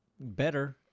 better